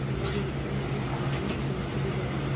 उन जे विच में जीअं काजू जी पेस्ट विझां